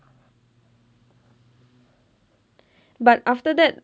but after that